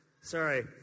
Sorry